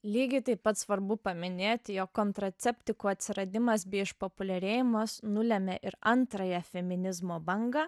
lygiai taip pat svarbu paminėti jog kontraceptikų atsiradimas bei išpopuliarėjimas nulėmė ir antrąją feminizmo bangą